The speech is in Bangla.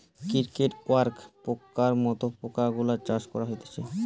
ক্রিকেট, ওয়াক্স পোকার মত পোকা গুলার চাষ করা হতিছে